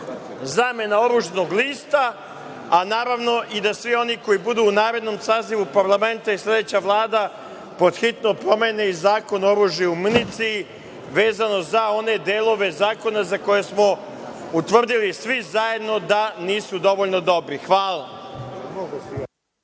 zamena oružnog lista, a naravno i da svi oni koji budu u narednom sazivu parlamenta i sledeća Vlada pod hitno promene i Zakon o oružju i municiji vezano za one delove Zakona za koje smo utvrdili svi zajedno da nisu dovoljno dobri. Hvala.